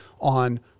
on